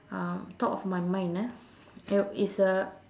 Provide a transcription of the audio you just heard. um top of my mind ah it it's a